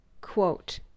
quote